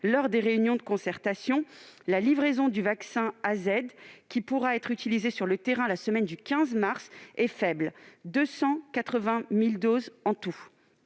lors des réunions de concertation, la livraison du vaccin AstraZeneca, qui pourra être utilisé sur le terrain la semaine du 15 mars, est faible : 280 000 doses en tout.